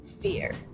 fear